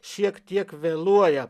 šiek tiek vėluoja